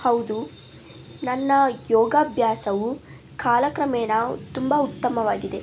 ಹೌದು ನನ್ನ ಯೋಗಾಭ್ಯಾಸವು ಕಾಲಕ್ರಮೇಣ ತುಂಬ ಉತ್ತಮವಾಗಿದೆ